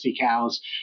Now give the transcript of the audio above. cows